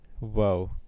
Wow